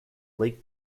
lake